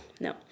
No